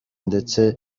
ndetse